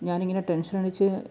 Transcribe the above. ഞാനിങ്ങനെ ടെൻഷനടിച്ച്